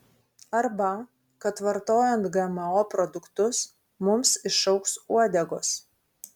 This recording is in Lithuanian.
arba kad vartojant gmo produktus mums išaugs uodegos